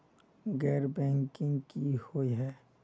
गैर बैंकिंग की हुई है?